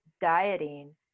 dieting